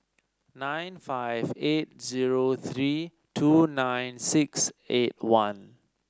nine five eight zero three two nine six eight one